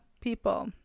people